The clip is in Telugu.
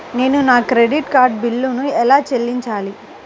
నేను నా క్రెడిట్ కార్డ్ బిల్లును ఎలా చెల్లించాలీ?